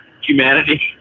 humanity